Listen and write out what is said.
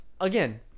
again